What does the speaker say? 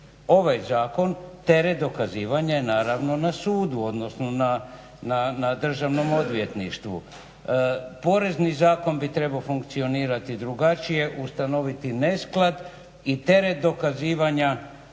ovaj zakon teret dokazivanja je naravno na sudu odnosno na Državno odvjetništvu. Porezni zakon bi trebao funkcionirati drugačije, ustanoviti nesklad i teret dokazivanja